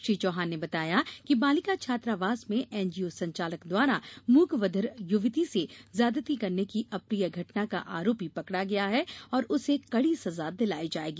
श्री चौहान ने बताया कि बालिका छात्रावास में एनजीओ संचालक द्वारा मूक बधिर युवती से ज्यादती करने की अप्रिय घटना का आरोपी पकड़ा गया है और उसे कड़ी सजा दिलाई जायेगी